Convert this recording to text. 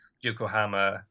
Yokohama